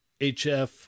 HF